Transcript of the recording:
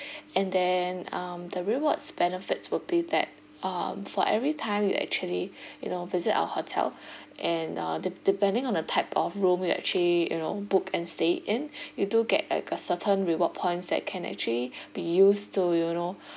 and then um the rewards benefits will be that um for every time you actually you know visit our hotel and uh de~ depending on the type of room you actually you know book and stay in you do get like a certain reward points that can actually be used to you know